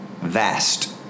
Vast